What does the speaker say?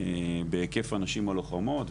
בהיקף הנשים הלוחמות,